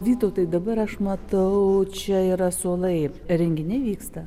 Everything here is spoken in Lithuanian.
vytautai dabar aš matau čia yra suolai renginiai vyksta